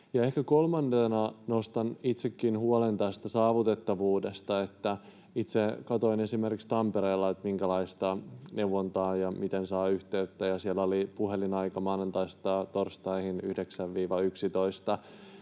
kolmantena nostan itsekin huolen tästä saavutettavuudesta. Itse katsoin esimerkiksi, minkälaista neuvontaa Tampereella on ja miten saa yhteyttä. Siellä oli puhelinaika maanantaista torstaihin 9–11,